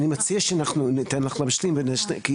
אני מציע שאנחנו ניתן לך להשלים בהמשך,